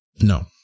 No